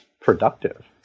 productive